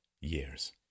years